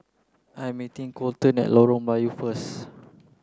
I am meeting Coleton at Lorong Melayu first